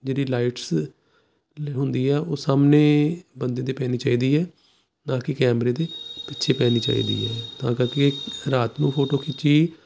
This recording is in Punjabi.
ਜਿਹੜੀ ਲਾਈਟਸ ਹੁੰਦੀ ਆ ਉਹ ਸਾਹਮਣੇ ਬੰਦੇ ਦੇ ਪੈਣੀ ਚਾਹੀਦੀ ਆ ਨਾ ਕਿ ਕੈਮਰੇ ਦੇ ਪਿੱਛੇ ਪੈਣੀ ਚਾਹੀਦੀ ਹੈ ਤਾਂ ਕਰਕੇ ਰਾਤ ਨੂੰ ਫੋਟੋ ਖਿੱਚੀ